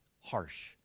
harsh